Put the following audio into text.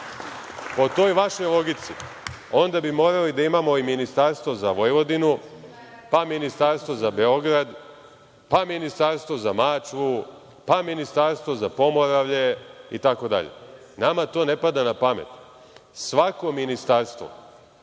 Po toj vašoj logici, onda bi morali da imamo i ministarstvo za Vojvodinu, ministarstvo za Beograd, ministarstvo za Mačvu, ministarstvo za Pomoravlje itd. Nama to ne pada na pamet. Svako ministarstvo